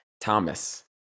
Thomas